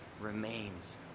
remains